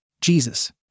Jesus